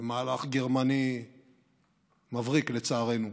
במהלך גרמני מבריק, לצערנו,